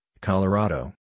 Colorado